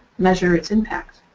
measure its impact.